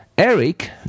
Eric